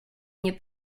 nie